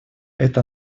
это